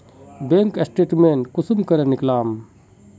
Bank statement कुंसम करे निकलाम?